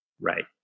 right